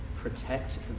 protect